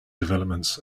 developments